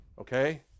okay